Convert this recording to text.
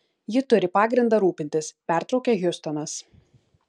ji turi pagrindą rūpintis pertraukė hjustonas